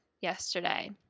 yesterday